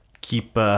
keep